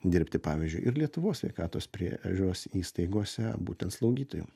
dirbti pavyzdžiui ir lietuvos sveikatos priežiūros įstaigose būtent slaugytoju